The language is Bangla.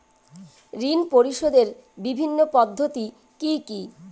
ঋণ পরিশোধের বিভিন্ন পদ্ধতি কি কি?